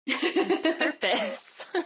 purpose